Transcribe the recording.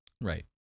right